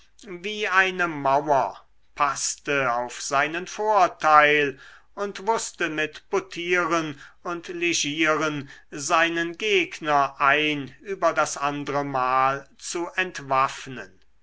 wie eine mauer paßte auf seinen vorteil und wußte mit buttieren und ligieren seinen gegner ein über das andre mal zu entwaffnen